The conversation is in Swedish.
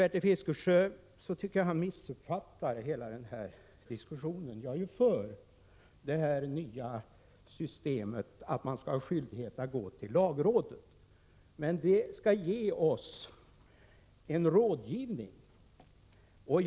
Bertil Fiskesjö missuppfattar hela den här diskussionen, tycker jag. Jag är för det nya systemet med skyldighet att gå till lagrådet, men vad lagrådet skall göra är att ge oss råd.